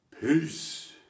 Peace